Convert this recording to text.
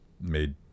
made